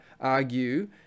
argue